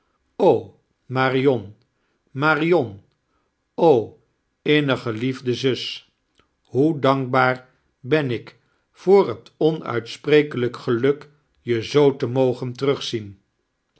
marion marion innig geliefde zuster hoe dankbaar ben ik voor het on-uitisprekehijk geluk je zoo te mogen tetnugziien